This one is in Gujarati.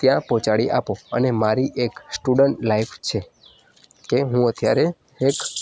ત્યાં પહોંચાડી આપો અને મારી એક સ્ટુડન્ટ લાઈફ છે કે હું અત્યારે એક